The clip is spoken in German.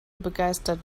begeistert